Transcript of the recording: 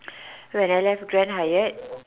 when I left Grand-Hyatt